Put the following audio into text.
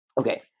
Okay